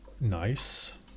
nice